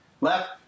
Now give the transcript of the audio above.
Left